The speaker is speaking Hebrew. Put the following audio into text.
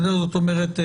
זאת אומרת,